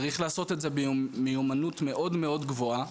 צריך לעשות את זה במיומנות מאוד מאוד גבוהה.